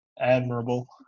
admirable